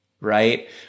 Right